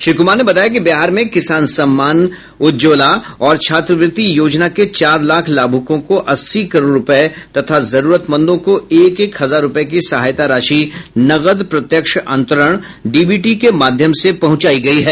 श्री कुमार ने बताया कि बिहार में किसान सम्मान उज्ज्वला और छात्रवृत्ति योजना के चार लाख लाभुकों को अस्सी करोड़ रुपये तथा जरूरतमंदों को एक एक हजार रुपये की सहायता राशि नकद प्रत्यक्ष अंतरण डीबीटी के माध्यम से पहुंचाई गई है